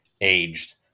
aged